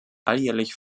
alljährlich